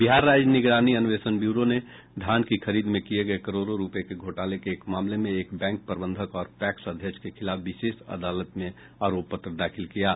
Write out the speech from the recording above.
बिहार राज्य निगरानी अन्वेषण ब्यूरो ने धान की खरीद में किये गये करोड़ों रुपये के घोटाले के एक मामले में एक बैंक प्रबंधक और पैक्स अध्यक्ष के खिलाफ विशेष अदालत में आरोप पत्र दाखिल किया है